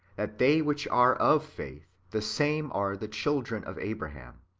that they which are of faith, the same are the children of abraham.